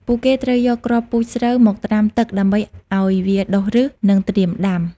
ពួកគេត្រូវយកគ្រាប់ពូជស្រូវមកត្រាំទឹកដើម្បីឱ្យវាដុះឬស និងត្រៀមដាំ។